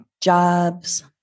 jobs